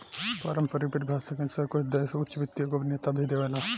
पारम्परिक परिभाषा के अनुसार कुछ देश उच्च वित्तीय गोपनीयता भी देवेला